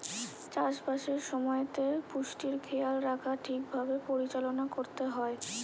চাষ বাসের সময়তে পুষ্টির খেয়াল রাখা ঠিক ভাবে পরিচালনা করতে হয়